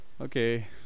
Okay